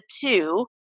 two